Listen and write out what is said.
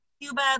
Cuba